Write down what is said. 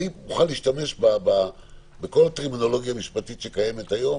אני מוכן להשתמש בכל הטרמינולוגיה המשפטית שקיימת היום,